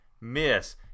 miss